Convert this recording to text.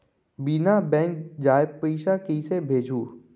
बिना बैंक जाए पइसा कइसे भेजहूँ?